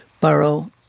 borough